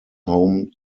home